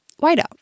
Whiteout